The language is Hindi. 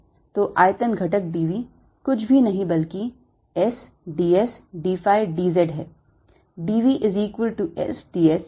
तो आयतन घटक d v कुछ भी नहीं बल्कि S ds d phi d z है